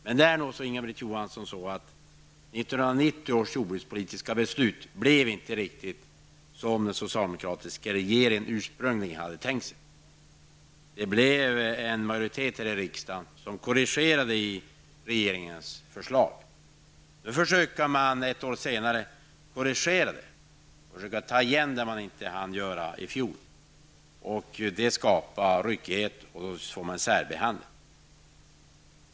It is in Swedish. Men det är nog så, Inga-Britt Johansson, att 1990 års jordbrukspolitiska beslut inte riktigt blev som den socialdemokratiska regeringen ursprungligen hade tänkt sig. Det blev en majoritet här i riksdagen som korrigerade i regeringens förslag. Nu försöker man, ett år senare, att korrigera det och att ta igen det man inte hann göra i fjol. Det skapar ryckighet och leder till särbehandling.